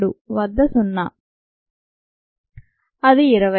7 వద్ద 0 అది 20